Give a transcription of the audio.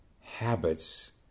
habits